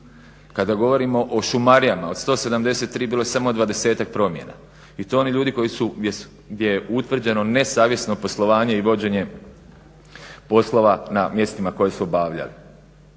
kada govorimo o šumarijama od 173 bilo je samo dvadesetak promjena i to oni ljudi koji su, gdje je utvrđeno nesavjesno poslovanje i vođenje poslova na mjestima koje su obavljali.